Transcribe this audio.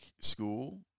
school